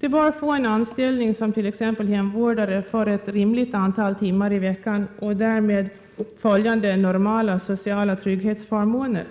De bör få en anställning som t.ex. hemvårdare under ett rimligt antal timmar i veckan och därmed följande normala sociala trygghetsförmåner.